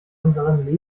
unseren